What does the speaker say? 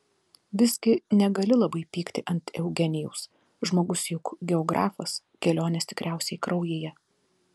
visgi negali labai pykti ant eugenijaus žmogus juk geografas kelionės tikriausiai kraujyje